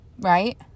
right